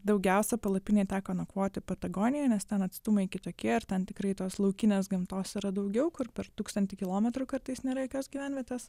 daugiausia palapinėj teko nakvoti patagonijoj nes ten atstumai kitokie ir ten tikrai tos laukinės gamtos yra daugiau kur per tūkstantį kilometrų kartais nėra jokios gyvenvietės